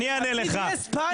כמה זה --- לא, הוא הודה בפניי.